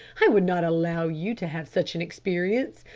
i would not allow you to have such an experience.